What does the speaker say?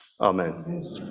amen